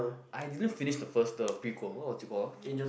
I didn't finish the first the prequel what was it call uh